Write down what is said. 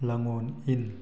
Langol ꯏꯟ